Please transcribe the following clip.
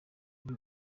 kuri